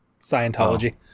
Scientology